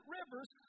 rivers